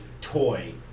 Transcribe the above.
toy